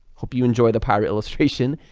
hope you enjoy the pirate illustration,